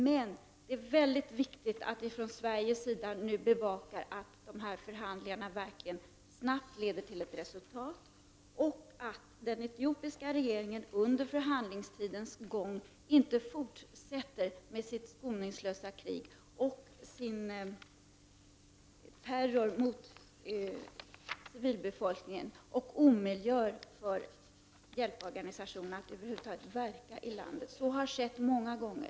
Men det är väldigt viktigt att vi från Sveriges sida bevakar att dessa förhandlingar verkligen snabbt leder till ett resultat och att den etiopiska regeringen under förhandlingstiden inte fortsätter med sitt skoningslösa krig och sin terror mot civilbefolkningen och omöjliggör för hjälporganisationerna att över huvud taget verka i landet. Så har skett många gånger.